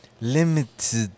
limited